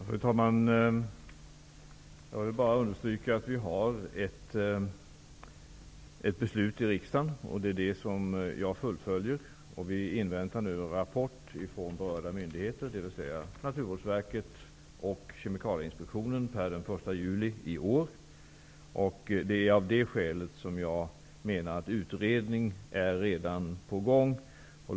Fru talman! Jag vill bara understryka att jag fullföljer riksdagens beslut. Vi inväntar nu en rapport från berörda myndigheter, dvs. Naturvårdsverket och Kemikalieinspektionen per den 1 juli i år. Av detta skäl menar jag att en utredning redan är på gång.